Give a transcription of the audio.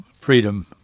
freedom